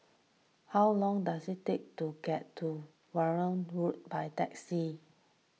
how long does it take to get to Verdun Road by taxi